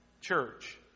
church